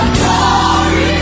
glory